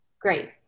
Great